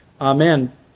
Amen